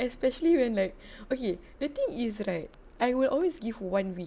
especially when like okay the thing is right I will always give one week